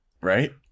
Right